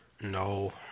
No